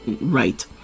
right